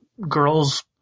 Girls